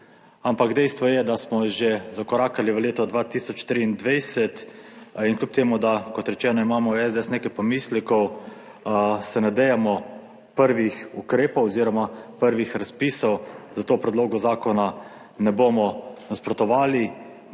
Ampak dejstvo je, da smo že zakorakali v leto 2023 in kljub temu, da, kot rečeno, imamo v SDS nekaj pomislekov, se nadejamo prvih ukrepov oziroma prvih razpisov. Zato predlogu zakona ne bomo nasprotovali